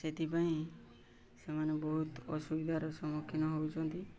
ସେଥିପାଇଁ ସେମାନେ ବହୁତ ଅସୁବିଧାର ସମ୍ମୁଖୀନ ହେଉଛନ୍ତି